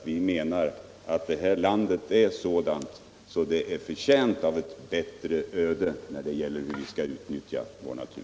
Vi menar att det här landet är förtjänt av ett bättre öde när det gäller hur vi skall utnyttja vår natur.